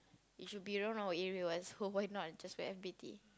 it should be around our area what so why not I just wear F_B_T